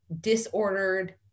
disordered